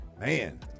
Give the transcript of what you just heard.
man